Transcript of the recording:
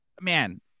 man